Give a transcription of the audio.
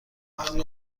وقتی